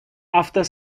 after